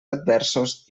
adversos